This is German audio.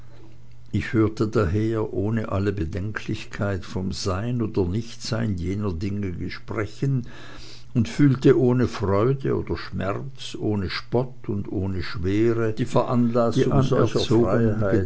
ich hörte daher ohne alle bedenklichkeit vom sein oder nichtsein jener dinge sprechen und fühlte ohne freude oder schmerz ohne spott und ohne schwere die